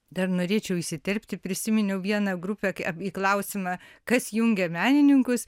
dar norėčiau įsiterpti prisiminiau vieną grupę į klausimą kas jungia menininkus